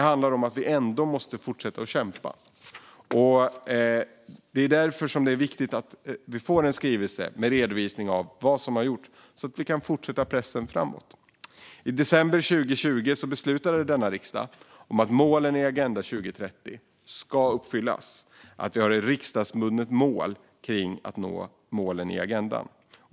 Vi måste ändå fortsätta kämpa, och det är därför som det är viktigt att vi får en skrivelse med redovisning av vad som har gjorts, så att vi kan fortsätta pressen framåt. I december 2020 beslutade denna riksdag att målen i Agenda 2030 ska uppfyllas. Vi har ett riksdagsbundet mål om att nå målen i agendan.